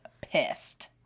pissed